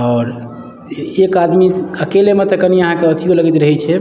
आओर एक आदमी अकेलेमे तऽ कनि अहाँके अथियौ लगैत रहै छै